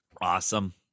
Awesome